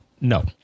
No